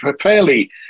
fairly